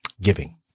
giving